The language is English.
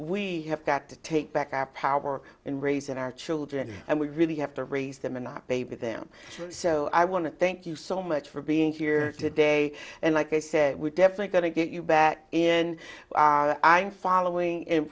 we have got to take back our power in raising our children and we really have to raise them and not baby them so i want to thank you so much for being here today and like i said we're definitely going to get you back in i'm following